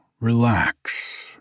relax